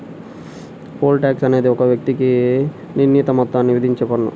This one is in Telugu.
పోల్ టాక్స్ అనేది ఒక వ్యక్తికి నిర్ణీత మొత్తాన్ని విధించే పన్ను